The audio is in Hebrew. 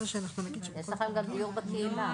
יש גם דיור בקהילה.